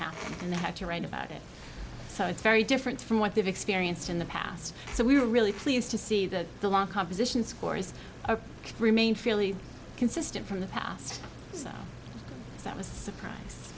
how they had to write about it so it's very different from what they've experienced in the past so we were really pleased to see that the long composition score is remained fairly consistent from the past that was surprised